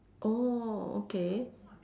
oh okay